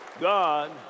God